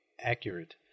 Accurate